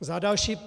Za další.